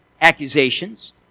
accusations